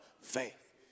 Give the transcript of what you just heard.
faith